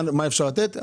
מה אפשר לתת,